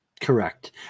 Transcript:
Correct